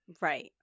Right